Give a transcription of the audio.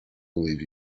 believe